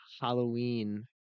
Halloween